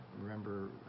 Remember